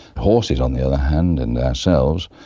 horses, on the other hand, and ourselves,